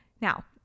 Now